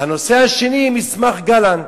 הנושא השני, מסמך גלנט,